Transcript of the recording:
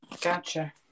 Gotcha